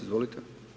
Izvolite.